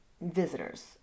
visitors